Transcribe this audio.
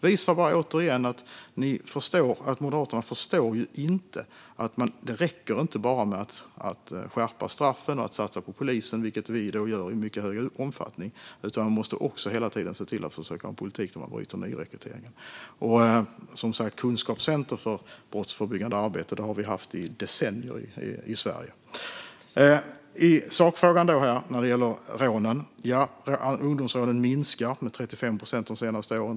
Detta visar återigen att Moderaterna inte förstår att det inte räcker med att bara skärpa straffen och satsa på polisen, vilket vi gör i mycket större omfattning, utan man måste också hela tiden se till att försöka ha en politik där man bryter nyrekryteringen. Ett kunskapscentrum för brottsförebyggande arbete har vi som sagt haft i Sverige i decennier. När det gäller sakfrågan - rånen - vill jag säga att ungdomsrånen har minskat med 35 procent de senaste åren.